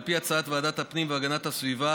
על פי הצעת ועדת הפנים והגנת הסביבה